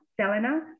Selena